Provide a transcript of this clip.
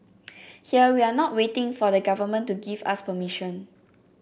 here we are not waiting for the Government to give us permission